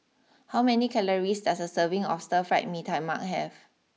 how many calories does a serving of Stir Fried Mee Tai Mak have